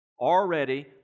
already